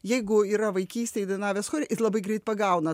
jeigu yra vaikystėj dainavęs chore ir labai greit pagauna